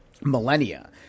millennia